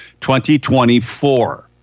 2024